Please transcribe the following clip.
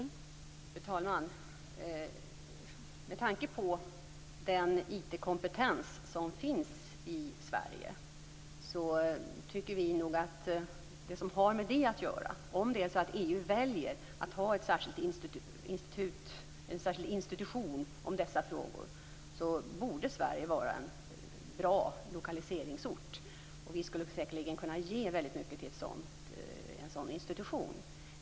Fru talman! Med tanke på den IT-kompetens som finns i Sverige tycker vi nog att Sverige borde vara en bra lokaliseringsort om det är så att EU väljer att ha en särskild institution om dessa frågor. Vi skulle säkerligen kunna ge väldigt mycket till en sådan institution.